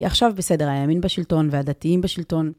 היא עכשיו בסדר. הימין בשלטון והדתיים בשלטון